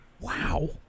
Wow